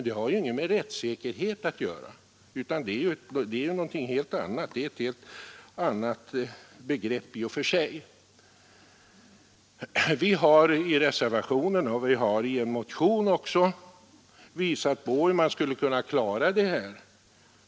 Det har inget med rättssäkerhet att göra; det är ett helt annat begrepp i och för sig. Vi har i reservationen 1 och även i en motion visat hur man skulle kunna klara det här.